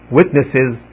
witnesses